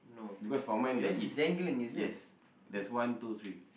because for mine there is yes there's one two three